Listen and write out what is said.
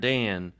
Dan